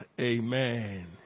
Amen